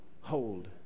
hold